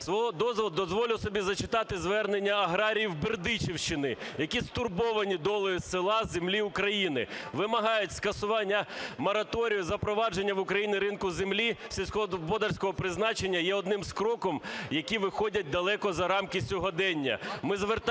землі. Дозволю собі зачитати звернення аграріїв Бердичівщини, які стурбовані долею села, землі України, вимагають скасування мораторію, запровадження в Україні ринку землі сільськогосподарського призначення є одним з кроків, які виходять далеко за рамки сьогодення.